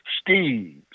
Steve